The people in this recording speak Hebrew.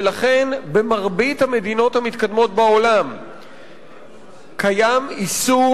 ולכן במרבית המדינות המתקדמות בעולם קיים איסור